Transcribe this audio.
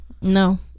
No